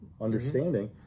understanding